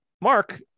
Mark